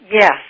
yes